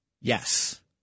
Yes